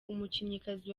umukinnyikazi